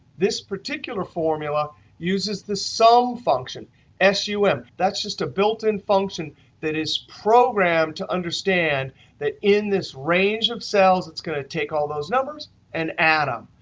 this particular formula uses the sum function s u m. that's just a built-in function that is programmed to understand that in this range of cells, it's going to take all those numbers and add them.